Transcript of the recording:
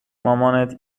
مامانت